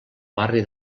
barri